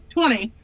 Twenty